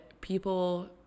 people